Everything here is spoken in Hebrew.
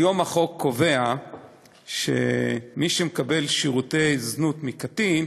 היום החוק קובע שמי שמקבל שירותי זנות מקטין,